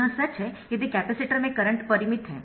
यह सच है यदि कैपेसिटर में करंट परिमित है